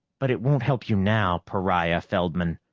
but it won't help you now, pariah feldman!